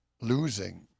losing